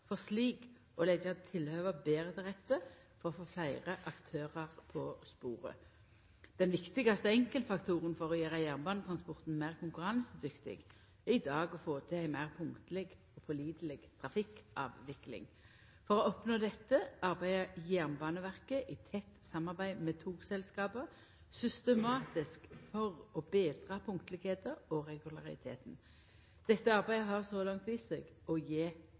for slik å leggja tilhøva betre til rette for å få fleire aktørar på sporet. Den viktigaste enkeltfaktoren for å gjera jernbanetransporten meir konkurransedyktig er i dag å få til ei meir punktleg og påliteleg trafikkavvikling. For å oppnå dette arbeider Jernbaneverket, i tett samarbeid med togselskapa, systematisk for å betra punktlegheita og regulariteten. Dette arbeidet har så langt vist seg å gje